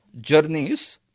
journeys